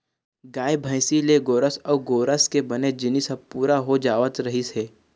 गाय, भइसी ले गोरस अउ गोरस के बने जिनिस ह पूरा हो जावत रहिस हे